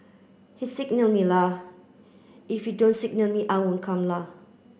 he signal me la if he don't signal me I won't come la